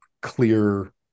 clear